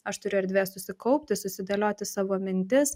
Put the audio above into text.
aš turiu erdvės susikaupti susidėlioti savo mintis